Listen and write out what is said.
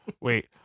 Wait